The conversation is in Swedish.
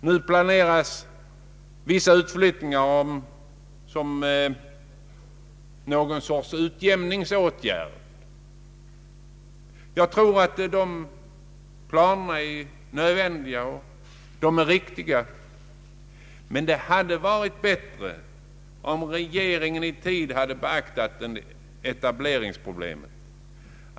Nu planeras vissa utflyttningar som någon sorts utjämningsåtgärd. Jag tror att sådana planer är nödvändiga, men det hade varit bättre om regeringen i tid hade beaktat etableringsproblemet.